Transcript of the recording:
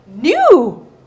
new